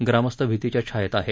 ग्रामस्थ भीतीच्या छायेत आहेत